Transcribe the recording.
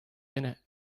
innit